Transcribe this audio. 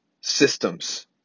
systems